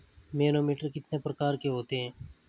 Manometer कितने प्रकार के होते हैं?